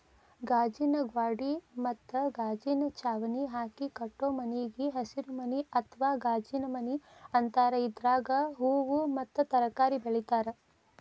ಗಾಜಿನ ಗ್ವಾಡಿ ಮತ್ತ ಗಾಜಿನ ಚಾವಣಿ ಹಾಕಿ ಕಟ್ಟೋ ಮನಿಗೆ ಹಸಿರುಮನಿ ಅತ್ವಾ ಗಾಜಿನಮನಿ ಅಂತಾರ, ಇದ್ರಾಗ ಹೂವು ಮತ್ತ ತರಕಾರಿ ಬೆಳೇತಾರ